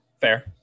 Fair